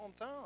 hometown